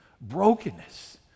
Brokenness